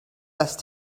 best